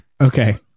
okay